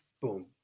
boom